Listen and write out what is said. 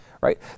right